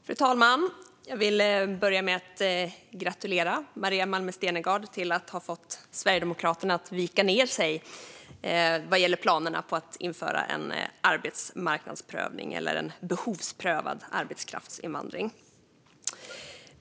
Fru talman! Jag vill börja med att gratulera Maria Malmer Stenergard till att ha fått Sverigedemokraterna att vika ned sig vad gäller planerna på att införa en arbetsmarknadsprövning eller en behovsprövad arbetskraftsinvandring.